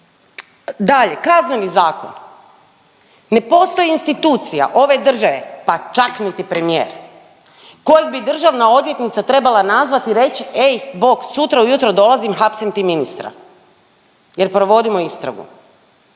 dalje. Kazneni zakon. Ne postoji institucija ove države pa čak niti premijer kojeg bi državna odvjetnica trebala nazvat i reć, ej bok, sutra ujutro dolazim, hapsim ti ministra jer provodimo istragu.